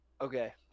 okay